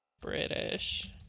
British